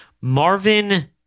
Marvin